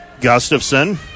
Gustafson